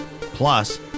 Plus